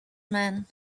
man